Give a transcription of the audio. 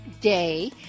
day